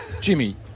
Jimmy